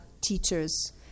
teachers